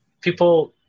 people